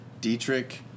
Dietrich